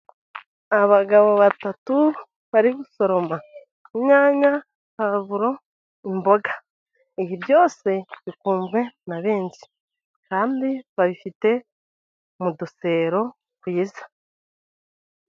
Abagabo batatu bari gusoroma inyanya, pavuro, imboga ibi byose bikunzwe na benshi, kandi babifite mu dusero twiza.